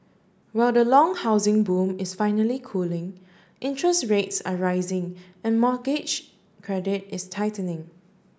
while the long housing boom is finally cooling interest rates are rising and mortgage credit is tightening